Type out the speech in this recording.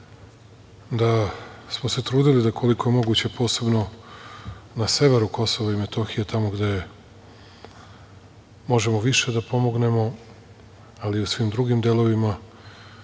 da smo se trudili da koliko je moguće posebno na severu Kosova i Metohije tamo gde možemo više da pomognemo, ali i u svim drugim delovima